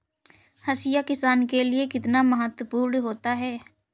हाशिया किसान के लिए कितना महत्वपूर्ण होता है?